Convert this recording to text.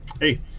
hey